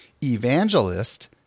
evangelist